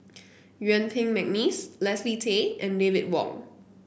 Yuen Peng McNeice Leslie Tay and David Wong